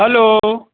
hello